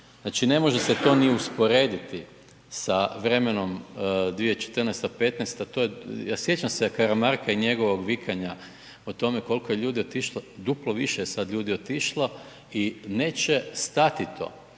Znači ne može se to ni usporediti sa vremenom 2014., 2015., to je a sjećam se Karamarka i njegovog vikanja o tome koliko je ljudi otišlo, duplo više je sad ljudi otišlo i neće stati to